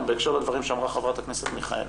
בהקשר לדברים שאמרה חברת הכנסת מיכאלי.